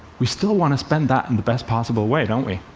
we still want to spend that in the best possible way, don't we?